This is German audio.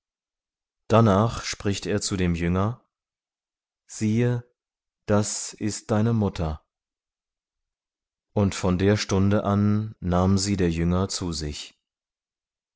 darnach spricht er zu dem jünger siehe das ist deine mutter und von der stunde an nahm sie der jünger zu sich